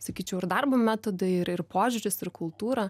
sakyčiau ir darbo metodai ir ir požiūris ir kultūra